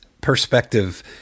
perspective